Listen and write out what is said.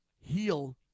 heal